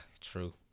True